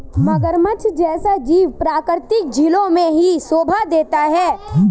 मगरमच्छ जैसा जीव प्राकृतिक झीलों में ही शोभा देता है